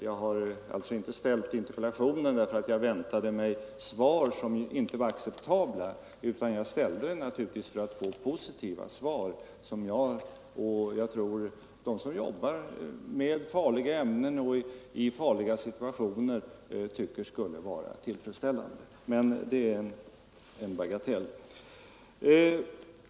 Jag har alltså inte framställt interpellationen därför att jag väntat mig ett oacceptabelt svar, utan naturligtvis har jag gjort det för att få ett positivt svar som jag — och jag tror också de som jobbar med farliga ämnen och i farliga situationer — kan anse tillfredsställande. Men detta är en bagatell.